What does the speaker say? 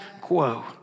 quo